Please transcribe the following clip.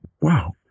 wow